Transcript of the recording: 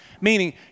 Meaning